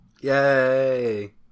Yay